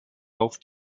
auf